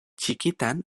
txikitan